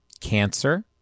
cancer